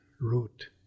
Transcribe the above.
root